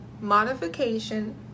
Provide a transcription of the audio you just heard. modification